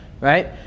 right